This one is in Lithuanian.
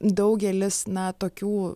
daugelis na tokių